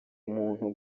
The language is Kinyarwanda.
umuntu